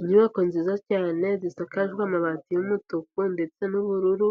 Inyubako nziza cyane zisakajejwe amabati y'umutuku ndetse n'ubururu,